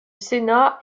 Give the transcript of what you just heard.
sénat